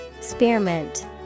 Spearmint